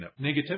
negativity